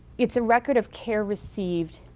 it's a record of care received,